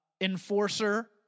enforcer